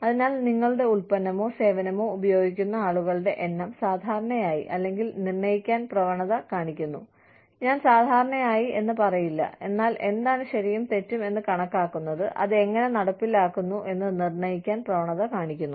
അതിനാൽ നിങ്ങളുടെ ഉൽപ്പന്നമോ സേവനമോ ഉപയോഗിക്കുന്ന ആളുകളുടെ എണ്ണം സാധാരണയായി അല്ലെങ്കിൽ നിർണ്ണയിക്കാൻ പ്രവണത കാണിക്കുന്നു ഞാൻ സാധാരണയായി എന്ന് പറയില്ല എന്നാൽ എന്താണ് ശരിയും തെറ്റും എന്ന് കണക്കാക്കുന്നത് അത് എങ്ങനെ നടപ്പിലാക്കുന്നു എന്ന് നിർണ്ണയിക്കാൻ പ്രവണത കാണിക്കുന്നു